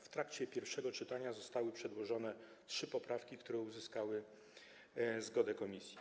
W trakcie pierwszego czytania zostały przedłożone trzy poprawki, które uzyskały zgodę komisji.